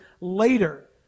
later